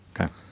Okay